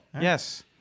Yes